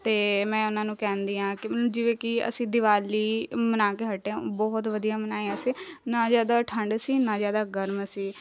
ਅਤੇ ਮੈਂ ਉਹਨਾਂ ਨੂੰ ਕਹਿੰਦੀ ਹਾਂ ਕਿ ਜਿਵੇਂ ਕਿ ਅਸੀਂ ਦੀਵਾਲੀ ਮਨਾ ਕੇ ਹਟੇ ਹਾਂ ਬਹੁਤ ਵਧੀਆ ਮਨਾਈ ਅਸੀਂ ਨਾ ਜ਼ਿਆਦਾ ਠੰਡ ਸੀ ਨਾ ਜ਼ਿਆਦਾ ਗਰਮ ਸੀ